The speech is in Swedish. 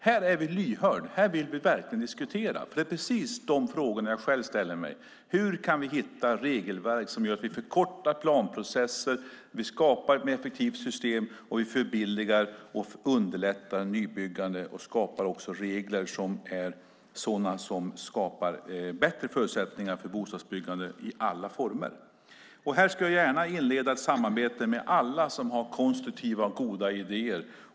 Här är vi lyhörda; här vill vi verkligen diskutera. Det är precis de frågorna jag själv ställer mig. Hur kan vi hitta regelverk som gör att vi förkortar planprocesser, skapar ett mer effektivt system, förbilligar och underlättar nybyggande och också skapar regler som skapar bättre förutsättningar för bostadsbyggande i alla former? Jag skulle gärna inleda ett samarbete om detta med alla som har konstruktiva och goda idéer.